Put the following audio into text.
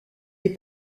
les